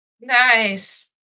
nice